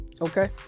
okay